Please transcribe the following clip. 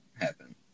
happen